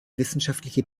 wissenschaftliche